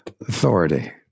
Authority